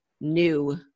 new